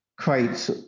create